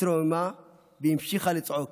התרוממה והמשיכה לצעוד.